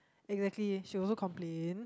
exactly she also complain